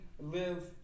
live